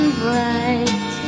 bright